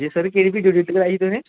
जी sir केह्ड़ी video edit कराई ही तुसें